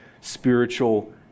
spiritual